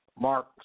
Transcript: Mark